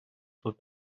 суд